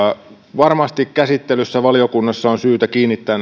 varmasti valiokunnassa on käsittelyssä syytä kiinnittää